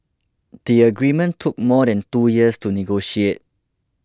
the agreement took more than two years to negotiate